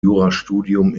jurastudium